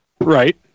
Right